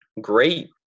Great